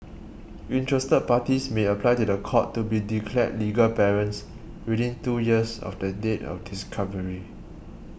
interested parties may apply to the court to be declared legal parents within two years of the date of discovery